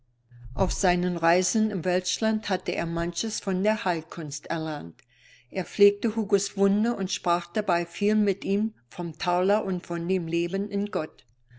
auf seinen reisen im welschland hatte er manches von der heilkunst erlernt er pflegte hugos wunde und sprach dabei viel mit ihm von tauler und von dem leben in gott